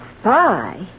Spy